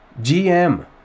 GM